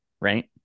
right